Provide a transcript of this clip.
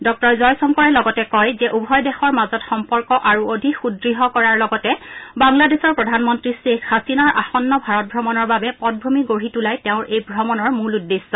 ড৹ জয়শংকৰে লগতে কয় যে উভয় দেশৰ মাজত সম্পৰ্ক আৰু অধিক সুদ্য় কৰাৰ লগতে বাংলাদেশৰ প্ৰধানমন্ত্ৰী শ্বেখ হাছিনাৰ আসন্ন ভাৰত ভ্ৰমণৰ বাবে পটভূমি গঢ়ি তোলাই তেওঁৰ এই ভ্ৰমণৰ মূল উদ্দেশ্য